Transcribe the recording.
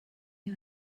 you